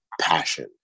passion